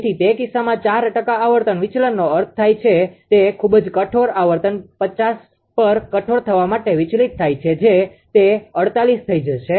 તેથી તે કિસ્સામાં ચાર ટકા આવર્તન વિચલનનો અર્થ થાય છે તે ખૂબ જ કઠોર આવર્તન 50 પર કઠોર થવા માટે વિચલિત થાય છે જે તે 48 થઈ જશે